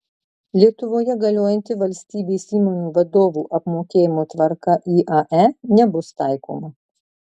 lietuvoje galiojanti valstybės įmonių vadovų apmokėjimo tvarka iae nebus taikoma